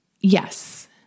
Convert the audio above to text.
Yes